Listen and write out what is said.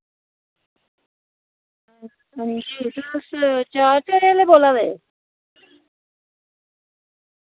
आह्ले बोल्ला दे